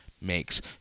makes